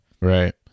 Right